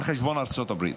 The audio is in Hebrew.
על חשבון ארצות הברית.